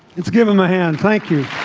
it's given my hand. thank you